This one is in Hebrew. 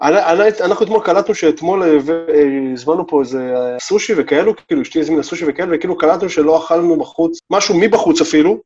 אנחנו אתמול קלטנו שאתמול הזמנו פה איזה סושי וכאלו, כאילו, אשתי הזמינה סושי וכאלה, וכאילו קלטנו שלא אכלנו בחוץ, משהו מבחוץ אפילו.